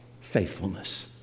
faithfulness